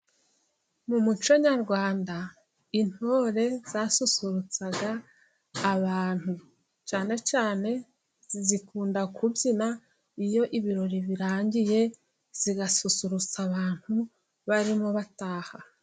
Mu muco nyarwanda intore zasusurutsa abantu ,cyane cyane zikunda kubyina iyo ibirori birangiye, zigasusurutsa abantu barimo bataha.